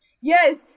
Yes